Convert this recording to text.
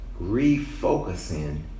refocusing